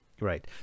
Right